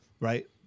right